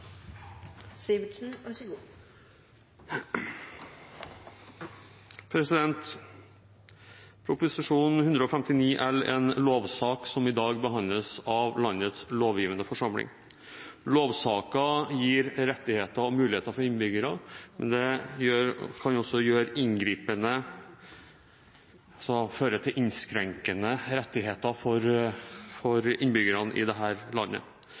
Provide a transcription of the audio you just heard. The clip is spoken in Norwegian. en lovsak som i dag behandles av landets lovgivende forsamling. Lovsaker gir rettigheter og muligheter for innbyggere, men det kan også være inngripende og føre til innskrenkede rettigheter for innbyggerne i dette landet. Derfor er det